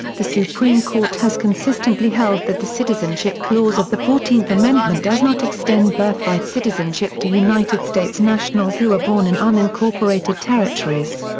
the supreme court has consistently held that the citizenship clause of the fourteenth amendment does not extend birthright citizenship to united states nationals who are born in unincorporated territories.